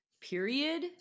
period